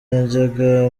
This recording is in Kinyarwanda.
yajyaga